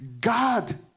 God